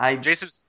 Jason